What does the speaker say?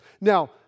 Now